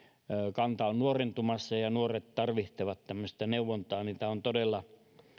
kanta nyt nuorentumassa ja nuoret tarvitsevat tämmöistä neuvontaa niin on todella